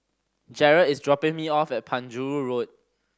Jarett is dropping me off at Penjuru Road